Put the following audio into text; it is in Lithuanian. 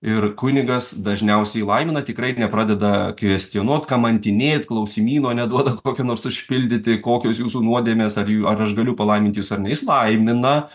ir kunigas dažniausiai laimina tikrai nepradeda kvestionuot kamantinėt klausimyno neduoda kokio nors užpildyti kokios jūsų nuodėmės ar jų ar aš galiu palaimint jus ar ne jis laimina